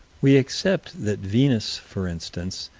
we accept that venus, for instance,